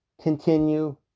continue